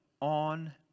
on